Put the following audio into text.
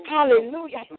Hallelujah